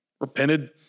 Repented